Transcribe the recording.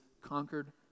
conquered